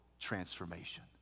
transformation